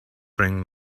bring